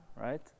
right